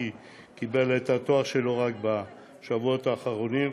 כי קיבל את התואר שלו רק בשבועות האחרונים,